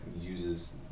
uses